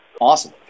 Awesome